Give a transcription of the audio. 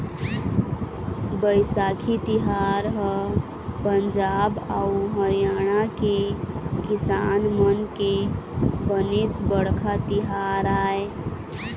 बइसाखी तिहार ह पंजाब अउ हरियाणा के किसान मन के बनेच बड़का तिहार आय